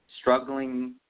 Struggling